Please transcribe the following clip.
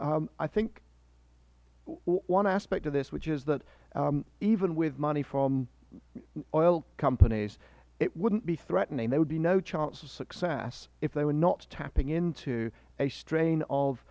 i think one aspect of this which is that even with money from oil companies it wouldn't be threatening there would be no chance of success if they were not tapping into a strain of